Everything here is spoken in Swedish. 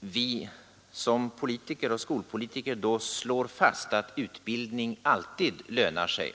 vi som politiker och skolpolitiker slår fast att utbildning alltid lönar sig.